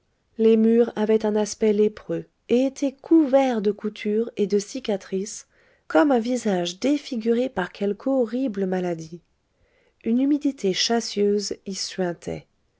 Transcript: les murs avaient un aspect lépreux et étaient couverts de coutures et de cicatrices comme un visage défiguré par quelque horrible maladie une humidité chassieuse y suintait